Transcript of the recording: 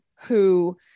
who-